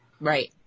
Right